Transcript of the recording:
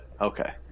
Okay